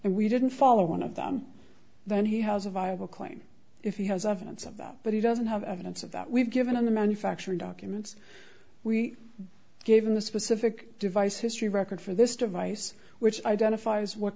and we didn't follow one of them then he has a viable claim if he has evidence of that but he doesn't have evidence of that we've given the manufacturer documents we gave him a specific device history record for this device which identifies what